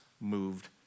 moved